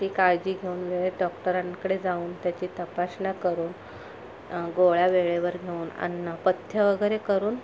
ती काळजी घेऊन वेळेत डॉक्टरांकडे जाऊन त्याची तपासणी करून गोळ्या वेळेवर घेऊन अन्न पथ्य वगैरे करून